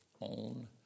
own